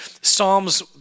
Psalms